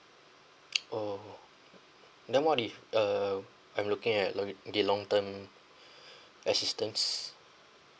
orh may I know if uh I'm looking at lo~ the long term assistances